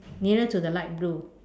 nearer to the light blue